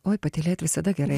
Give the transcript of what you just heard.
oi patylėt visada gerai